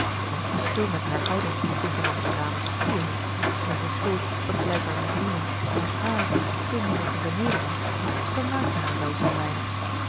en het verschil met haar houding tegenover de dames steele een verschil dat blijkbaar moest dienen om hààr te meer te vernederen vermaakte haar zelfs een weinig